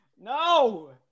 No